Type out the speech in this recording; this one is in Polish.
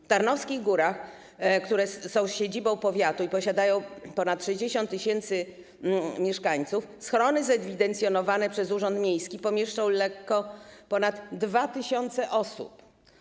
W Tarnowskich Górach, które są siedzibą powiatu i posiadają ponad 60 tys. mieszkańców, schrony zewidencjonowane przez urząd miejski pomieszczą lekko ponad 2 tys. osób.